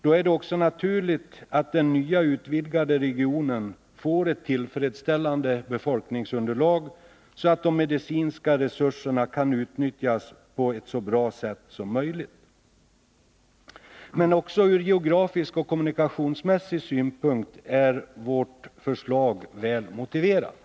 Då är det också naturligt att den nya, utvidgade regionen får ett tillfredsställande befolkningsunderlag, så att de medicinska resurserna kan utnyttjas på ett så bra sätt som möjligt. Men också från geografisk och kommunikationsmässig synpunkt är vårt förslag väl motiverat.